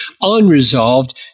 unresolved